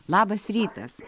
labas rytas